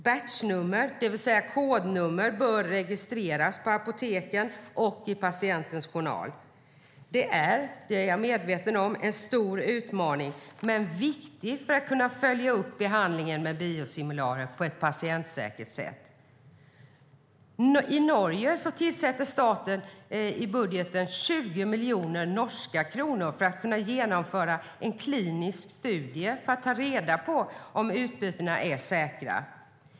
Batchnummer - det vill säga kodnummer - bör registreras på apoteken och i patientens journal. Jag är medveten om att detta är en stor utmaning, men den är viktig för att man ska kunna följa upp behandlingen med biosimilarer på ett patientsäkert sätt. I Norge avsätter staten en budget på 20 miljoner norska kronor för att man ska kunna genomföra en klinisk studie för att ta reda på om utbytena är säkra.